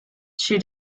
she